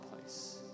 place